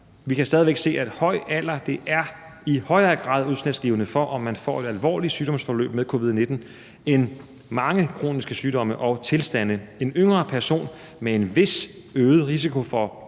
Vi kan stadig væk se, at høj alder i højere grad er udslagsgivende for, om man får et alvorligt sygdomsforløb med covid-19, end mange kroniske sygdomme og tilstande. En yngre person med en vis øget risiko vil